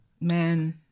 Man